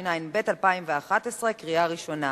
התשע"ב 2011, קריאה ראשונה.